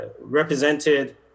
represented